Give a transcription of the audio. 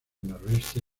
noroeste